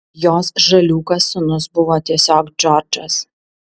jos žaliūkas sūnus buvo tiesiog džordžas